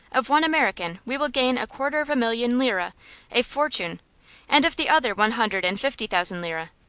of one american we will gain a quarter of a million lira a fortune and of the other one hundred and fifty thousand lira.